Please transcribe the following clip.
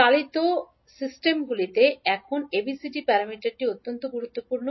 চালিত সিস্টেমগুলিতে এখন ABCD প্যারামিটারটি অত্যন্ত গুরুত্বপূর্ণ